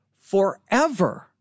forever